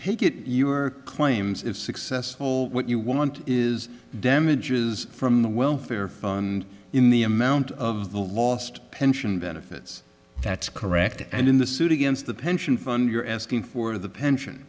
take it your claims if successful what you want is damages from the welfare fund in the amount of the lost pension benefits that's correct and in the suit against the pension fund you're asking for the pension